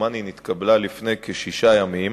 דומני שנתקבלה לפני כשישה ימים,